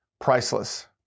priceless